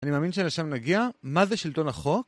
אני מאמין שלשם נגיע. מה זה שלטון החוק?